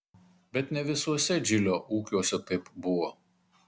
bet ne visuose džilio ūkiuose taip buvo